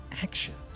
actions